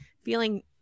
feeling